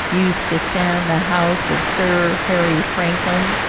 used to stand the house of sir harry frankland.